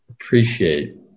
appreciate